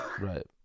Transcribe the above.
Right